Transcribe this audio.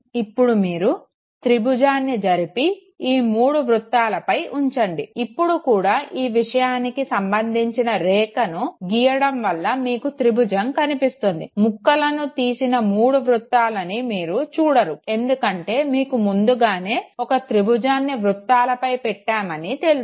ఇప్పుడు మీరు త్రిభుజాన్ని జరిపి ఈ మూడు వృత్తాలపై ఉంచండి ఇప్పుడు కూడా ఈ విషయానికి సంబందించిన రేఖను గీయడం వల్ల మీకు త్రిభుజం కనిపిస్తుంది ముక్కలను తీసిన మూడు వృత్తాలను మీరు చూడరు ఎందుకంటే మీకు ముందుగానే ఒక త్రిభుజాన్ని వృత్తాలపై పెట్టమని తెలుసు